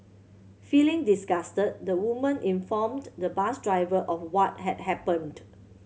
feeling disgusted the woman informed the bus driver of what had happened